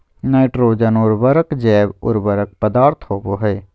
nitrogen उर्वरक जैव उर्वरक पदार्थ होबो हइ